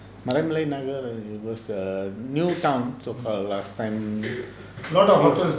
maraimalai nagar it was a new town so called last time